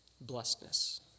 blessedness